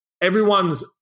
everyone's